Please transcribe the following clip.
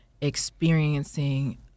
experiencing